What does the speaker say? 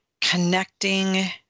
Connecting